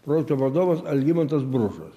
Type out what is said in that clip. projekto vadovas algimantas bružas